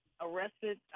arrested